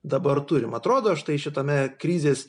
dabar turim atrodo štai šitame krizės